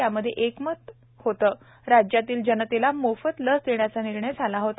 यामध्ये एकमत होत राज्यातील जनतेला मोफत लस देण्याचा निर्णय झाला होता